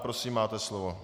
Prosím, máte slovo.